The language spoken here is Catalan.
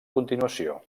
continuació